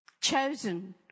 chosen